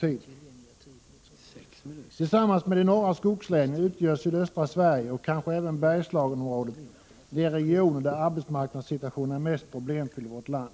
kom: mission så under lång tid. Tillsammans med de norra skogslänen utgör sydöstra Sverige och kanske även Bergslagenområdet den region där arbetsmarknadssituationen är mest problemfylld i vårt land.